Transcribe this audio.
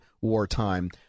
wartime